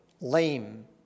lame